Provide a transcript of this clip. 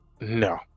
No